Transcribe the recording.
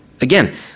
Again